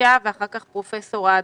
ואחר כך פרופסור אדלר.